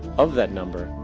of that number,